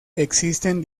existen